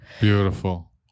Beautiful